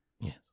Yes